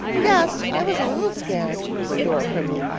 yes, i was a little scared, said dora primly,